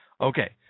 Okay